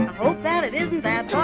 hope that it isn't that